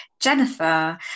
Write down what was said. Jennifer